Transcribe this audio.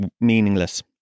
meaningless